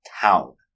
town